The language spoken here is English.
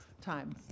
time